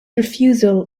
refusal